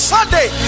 Sunday